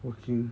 what thing